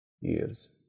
years